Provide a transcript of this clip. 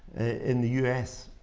in the us.